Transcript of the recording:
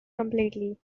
completely